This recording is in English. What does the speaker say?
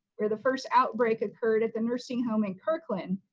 where the first outbreak occurred at the nursing home in kirkland,